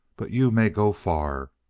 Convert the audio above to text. but you may go far.